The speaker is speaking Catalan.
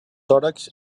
tòrax